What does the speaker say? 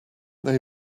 they